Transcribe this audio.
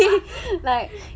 like